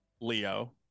leo